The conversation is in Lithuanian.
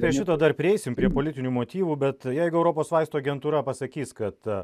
prie šito dar prieisim prie politinių motyvų bet jeigu europos vaistų agentūra pasakys kad